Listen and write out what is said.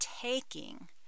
taking